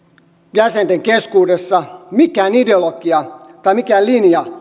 jäsenten keskuudessa mikään ideologia tai mikään linja